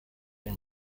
and